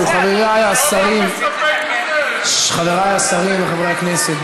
חבריי השרים וחברי הכנסת,